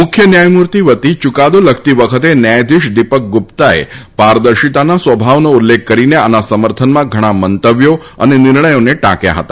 મુખ્ય ન્યાયમૂર્તિ વતી યૂકાદો લખતી વખતે ન્યાયાધીશ દીપક ગુપ્તાએ પારદર્શિતાના સ્વભાવનો ઉલ્લેખ કરીને આના સમર્થનમાં ઘણા મંતવ્યો અને નિર્ણયોને ટાંક્યા હતા